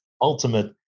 ultimate